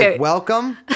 welcome